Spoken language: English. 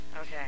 Okay